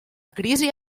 crisi